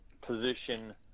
position